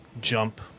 jump